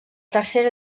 tercera